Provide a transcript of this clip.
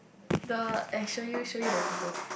the I show you show you the photos